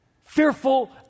fearful